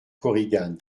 korigane